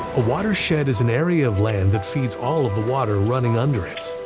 a watershed is an area of land that feeds all of the water running under it,